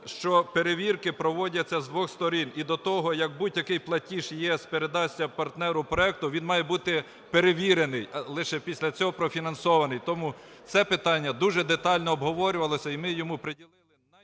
що перевірки проводяться з двох сторін, і до того, як будь-який платіж ЄС передасться партнеру проекту, він має бути перевірений, лише після цього профінансований. Тому це питання дуже детально обговорювалося, і ми йому приділили…